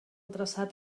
traçat